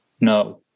No